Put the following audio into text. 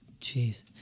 Jeez